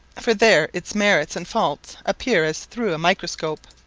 for there its merits and faults appear as through a microscope.